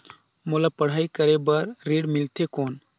मोला पढ़ाई करे बर ऋण मिलथे कौन?